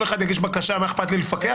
אחד יגיש בקשה כי "מה אכפת לי שמישהו יפקח".